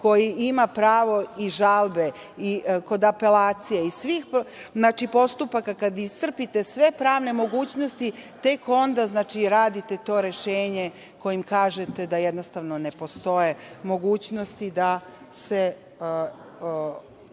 koji ima pravo i žalbe i kod apelacije i svih postupaka, kad iscrpite sve pravne mogućnosti, tek onda radite to rešenje kojim kažete da jednostavno ne postoje mogućnosti da se